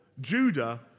Judah